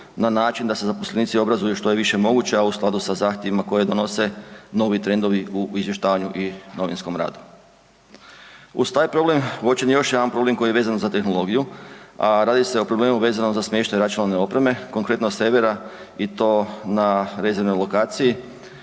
na način da se zaposlenici obrazuju što je više moguće, a u skladu sa zahtjevima koje donose novi trendovi u izvještavanju i novinskom radu. Uz taj problem, uočen je još jedan problem koji je vezan za tehnologiju, a radi se o problemu vezano za smještaj računalne opreme, konkretno servera i to na rezervnoj lokaciji,